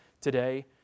today